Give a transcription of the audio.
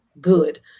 good